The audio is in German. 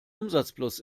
umsatzplus